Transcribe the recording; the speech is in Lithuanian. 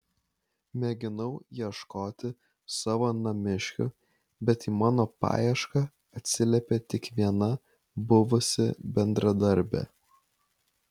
mėginau ieškoti savo namiškių bet į mano paiešką atsiliepė tik viena buvusi bendradarbė